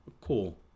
cool